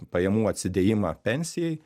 pajamų atsidėjimą pensijai